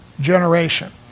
generation